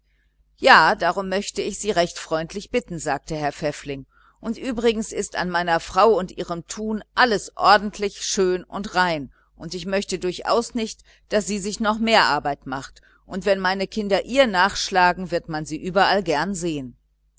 ja darum möchte ich sie recht freundlich bitten sagte herr pfäffling und übrigens ist an meiner frau und ihrem tun alles ordentlich schön und rein und ich möchte durchaus nicht daß sie sich noch mehr arbeit macht und wenn meine kinder ihr nachschlagen wird man sie überall gern sehen